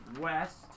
West